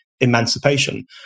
emancipation